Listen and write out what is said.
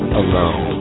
alone